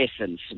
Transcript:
essence